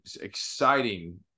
exciting